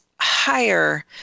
higher